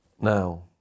Now